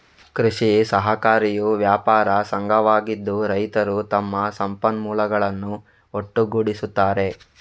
ಕೃಷಿ ಸಹಕಾರಿಯು ವ್ಯಾಪಾರ ಸಂಘವಾಗಿದ್ದು, ರೈತರು ತಮ್ಮ ಸಂಪನ್ಮೂಲಗಳನ್ನು ಒಟ್ಟುಗೂಡಿಸುತ್ತಾರೆ